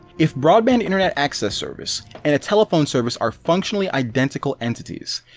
if broadband internet access service and a telephone service are functionally identical entities,